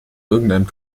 irgendeinem